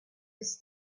his